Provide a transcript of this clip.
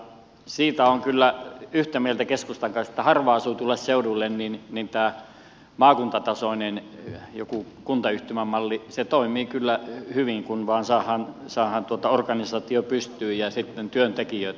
siitä olen kyllä yhtä mieltä keskustan kanssa että harvaan asutuilla seuduilla tämä joku maakuntatasoinen kuntayhtymämalli toimii kyllä hyvin kun vaan saadaan organisaatio pystyyn ja sitten työntekijöitä